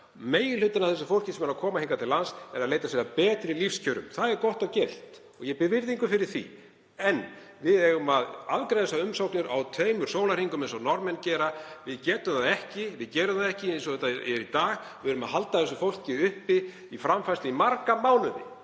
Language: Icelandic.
Meginhlutinn af því fólki sem er að koma hingað til lands er að leita sér að betri lífskjörum. Það er gott og gilt og ég ber virðingu fyrir því. En við eigum að afgreiða þær umsóknir á tveimur sólarhringum eins og Norðmenn gera. Við getum það ekki. Við gerum það ekki eins og það er í dag. Við erum að halda þessu fólki uppi í framfærslu í marga mánuði.